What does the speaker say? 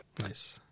Nice